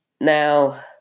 Now